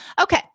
Okay